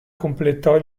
completò